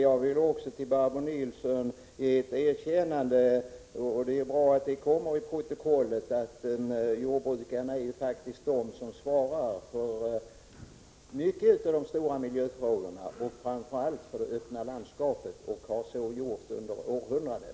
Jag vill ge Barbro Nilsson ett erkännande för att det kommer till protokollet att jordbrukarna faktiskt svarar för mycket av de stora miljöinsatserna, framför allt för det öppna landskapet. Så har de gjort under århundraden.